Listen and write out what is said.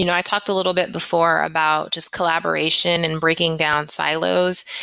you know i talked a little bit before about just collaboration and breaking down silos.